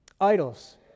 Idols